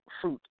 fruit